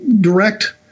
direct